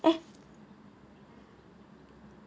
eh